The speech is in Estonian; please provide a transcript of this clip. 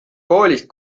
koolist